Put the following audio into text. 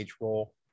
role